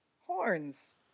horns